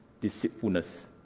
deceitfulness